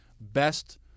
best